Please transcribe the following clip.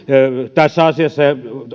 tässä asiassa